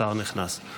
השר נכנס.